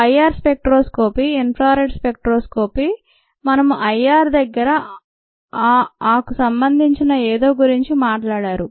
IR spectroscopy infra red spectroscopy మనము IR దగ్గర ఆ కు సంబంధించిన ఏదో గురించి మాట్లాడారు